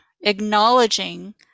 acknowledging